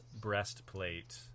breastplate